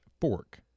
Fork